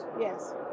Yes